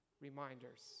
reminders